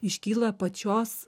iškyla pačios